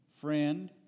Friend